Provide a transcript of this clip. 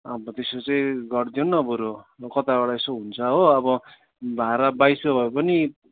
अन्त त्यसो चाहिँ गरिदिनु बरू कताबाट यसो हुन्छ हो अब भाडा बाइस सौ भए पनि